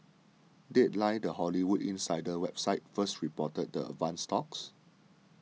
deadline the Hollywood insider website first reported the advanced talks